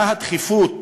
מה הדחיפות